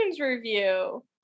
review